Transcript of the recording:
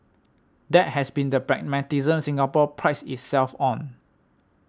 that has been the pragmatism Singapore prides itself on